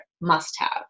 must-have